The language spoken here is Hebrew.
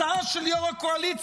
זו הצעה של יו"ר הקואליציה,